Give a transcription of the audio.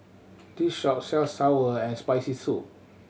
this shop sells sour and Spicy Soup